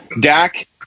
Dak